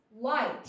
light